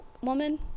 woman